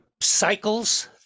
cycles